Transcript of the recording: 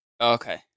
Okay